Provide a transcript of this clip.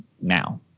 now